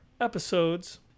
episodes